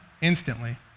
instantly